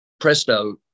presto